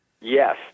Yes